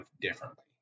differently